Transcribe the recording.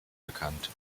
bekannt